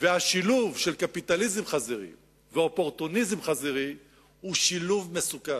והשילוב של "קפיטליזם חזירי" ו"אופורטוניזם חזירי" הוא שילוב מסוכן.